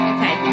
Okay